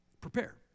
Prepare